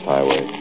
Highway